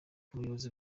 umuyobozi